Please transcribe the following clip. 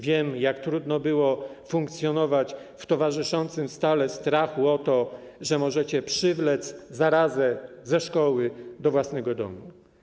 Wiem, jak trudno było funkcjonować w towarzyszącym stale strachu o to, że możecie przywlec zarazę ze szkoły do własnego domu.